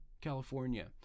california